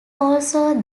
also